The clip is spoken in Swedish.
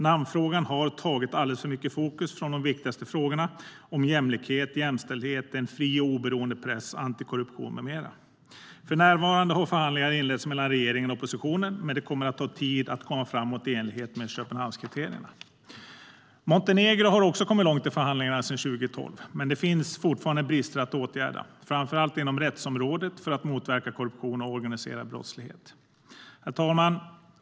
Namnfrågan har tagit alldeles för mycket fokus från de viktigaste frågorna om jämlikhet, jämställdhet, en fri och oberoende press, antikorruption med mera. För närvarande har förhandlingar inletts mellan regeringen och oppositionen, men det kommer att ta tid att komma framåt i enlighet med Köpenhamnskriterierna. Montenegro har också kommit långt i förhandlingarna sedan 2012, men det finns fortfarande brister att åtgärda, framför allt inom rättsområdet för att motverka korruption och organiserad brottslighet.